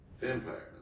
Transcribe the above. Vampire